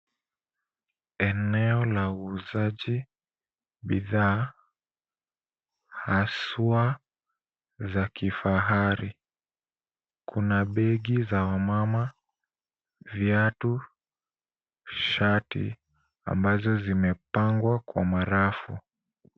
Eneo la uuzaji bidhaa haswa za kifahari. Kuna begi za wamama, viatu , shati ambazo zimepangwa kwa marafu.